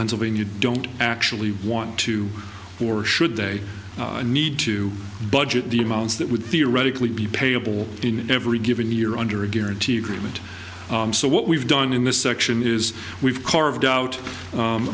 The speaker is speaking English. pennsylvania don't actually want to or should they need to budget the amounts that would theoretically be payable in every given year under a guarantee agreement so what we've done in this section is we've carved out